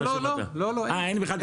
לא, אין.